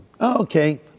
Okay